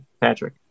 Patrick